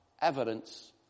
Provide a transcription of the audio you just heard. evidence